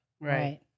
Right